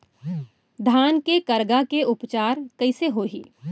धान के करगा के उपचार कइसे होही?